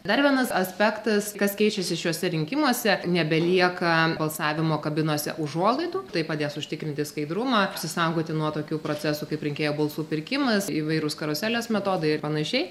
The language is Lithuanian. dar vienas aspektas kas keičiasi šiuose rinkimuose nebelieka balsavimo kabinose užuolaidų tai padės užtikrinti skaidrumą apsisaugoti nuo tokių procesų kaip rinkėjų balsų pirkimas įvairūs karuselės metodai ir panašiai